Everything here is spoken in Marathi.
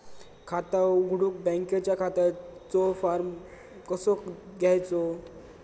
खाता उघडुक बँकेच्या खात्याचो फार्म कसो घ्यायचो?